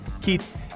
Keith